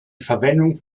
verwendung